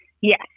Yes